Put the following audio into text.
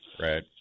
Right